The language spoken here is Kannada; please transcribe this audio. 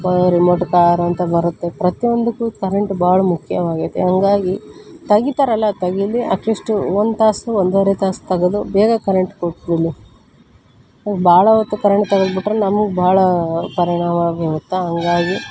ಈಗ ರಿಮೋಟ್ ಕಾರು ಅಂತ ಬರುತ್ತೆ ಪ್ರತಿಯೊಂದಕ್ಕೂ ಕರೆಂಟ್ ಭಾಳ ಮುಖ್ಯವಾಗೈತೆ ಹಂಗಾಗಿ ತಗಿತಾರೆಲ್ಲ ತಗಿಲಿ ಅಟ್ಲೀಸ್ಟು ಒಂದು ತಾಸು ಒಂದೂವರೆ ತಾಸು ತಗದು ಬೇಗ ಕರೆಂಟ್ ಕೊಟ್ಬಿಡಲಿ ಭಾಳ ಹೊತ್ತು ಕರೆಂಟ್ ತಗದ್ಬಿಟ್ಟರೆ ನಮ್ಗೆ ಭಾಳ ಪರಿಣಾಮ ಬೀರುತ್ತೆ ಹಂಗಾಗಿ